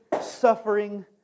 suffering